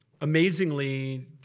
Amazingly